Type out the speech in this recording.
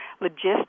logistics